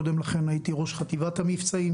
קודם לכן הייתי ראש חטיבת המבצעים,